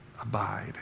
Abide